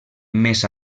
més